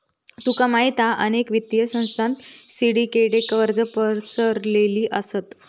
तुका माहित हा अनेक वित्तीय संस्थांत सिंडीकेटेड कर्जा पसरलेली असत